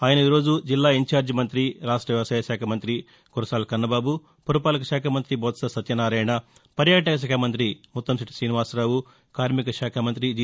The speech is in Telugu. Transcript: ఆయన ఈ రోజు జిల్లా ఇన్ఛార్జ్ మంతి రాష్ట వ్యవసాయశాఖ మంతి కురసాల కన్నబాబు పురపాలకశాఖ మంతి బొత్స సత్యనారాయణ పర్యాటకశాఖ మంత్రి ముత్తంశెట్లి ఠీనివాసరావు కార్నికశాఖ మంత్రి జి